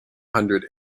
hundred